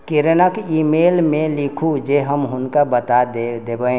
किरणक ईमेलमे लिखू जे हम हुनका बता देबनि